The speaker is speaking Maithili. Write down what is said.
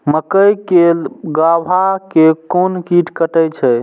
मक्के के गाभा के कोन कीट कटे छे?